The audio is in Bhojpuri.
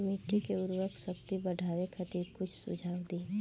मिट्टी के उर्वरा शक्ति बढ़ावे खातिर कुछ सुझाव दी?